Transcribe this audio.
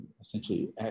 essentially